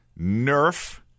Nerf